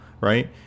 right